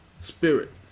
spirit